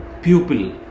pupil